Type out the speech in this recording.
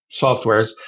softwares